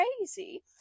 crazy